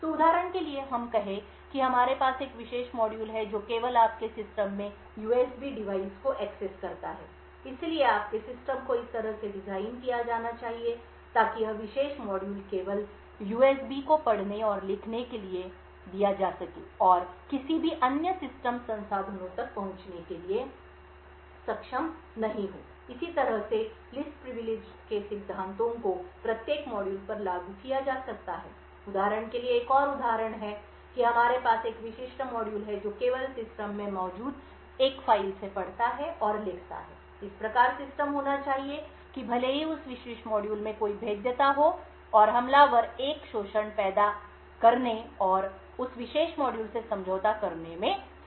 तो उदाहरण के लिए हम कहें कि हमारे पास एक विशेष मॉड्यूल है जो केवल आपके सिस्टम में USB डिवाइस को एक्सेस करता है इसलिए आपके सिस्टम को इस तरह से डिज़ाइन किया जाना चाहिए ताकि यह विशेष मॉड्यूल केवल USB को पढ़ने और लिखने के लिए दिया जा सके और किसी भी अन्य सिस्टम संसाधनों तक पहुँचने के लिए सक्षम नहीं हो इसी तरह से लिस्ट प्रिविलेज के सिद्धांतों को प्रत्येक मॉड्यूल पर लागू किया जा सकता है उदाहरण के लिए एक और उदाहरण है कि हमारे पास एक विशेष मॉड्यूल है जो केवल सिस्टम में मौजूद एक फ़ाइल से पढ़ता और लिखता है इस प्रकार सिस्टम होना चाहिए कि भले ही उस विशेष मॉड्यूल में कोई भेद्यता हो और हमलावर एक शोषण पैदा करने और उस विशेष मॉड्यूल से समझौता करने में सक्षम हो